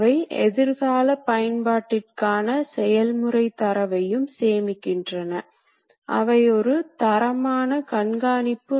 இயந்திரத்தின் செயல்பாட்டிற்கு தேவையான வழிமுறைகள் பகுதி நிரல் எனப்படும் நிரல் வடிவத்தில் எழுதப்படுகின்றன